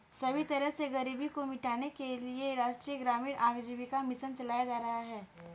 सभी तरह से गरीबी को मिटाने के लिये राष्ट्रीय ग्रामीण आजीविका मिशन चलाया जा रहा है